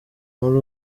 muri